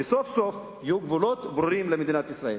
וסוף-סוף יהיו גבולות ברורים למדינת ישראל.